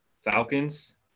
Falcons